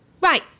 Right